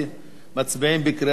אנחנו מצביעים בקריאה שנייה.